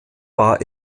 war